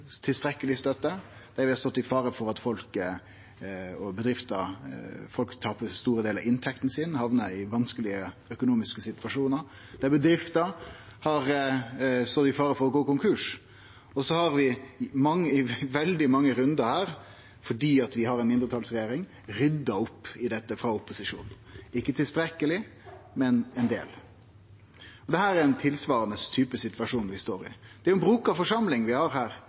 tilstrekkeleg støtte. Ein har stått i fare for at folk taper store delar av inntekta si, hamnar i vanskelege økonomiske situasjonar. Det er bedrifter som har stått i fare for å gå konkurs. Og så har vi i veldig mange rundar, fordi vi har ei mindretalsregjering, rydda opp i dette frå opposisjonen – ikkje tilstrekkeleg, men ein del. Det er ein tilsvarande type situasjon vi står i. Det er ei brokut forsamling vi har her.